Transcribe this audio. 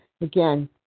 again